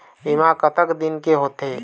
बीमा कतक दिन के होते?